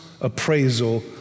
appraisal